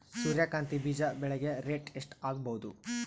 ಸೂರ್ಯ ಕಾಂತಿ ಬೀಜ ಬೆಳಿಗೆ ರೇಟ್ ಎಷ್ಟ ಆಗಬಹುದು?